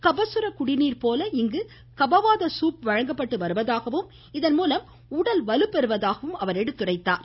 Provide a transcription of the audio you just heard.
கபசுர குடிநீர் போல இங்கு கபவாத சூப் வழங்கப்பட்டு வருவதாகவும் இதன் மூலம் உடல் வலுப்பெறுவதாகவும் எடுத்துரைத்தார்